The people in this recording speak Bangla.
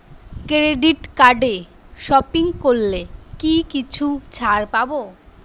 ক্রেডিট কার্ডে সপিং করলে কি কিছু ছাড় পাব?